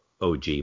OG